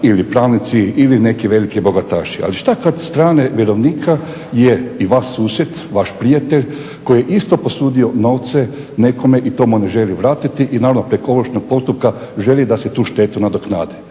ili pravnici ili neki veliki bogataši. Ali što kad strane vjerovnika je i vaš susjed, vaš prijatelj koji je isto posudio novce nekome i to mu ne želi vratiti i naravno preko ovršnog postupka želi da se tu štetu nadoknadi.